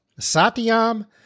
Satyam